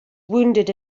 wounded